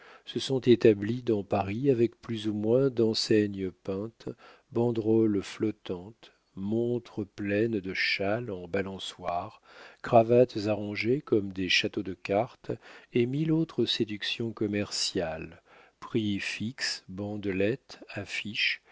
se sont établis dans paris avec plus ou moins d'enseignes peintes banderoles flottantes montres pleines de châles en balançoire cravates arrangées comme des châteaux de cartes et mille autres séductions commerciales prix fixes bandelettes